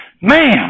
man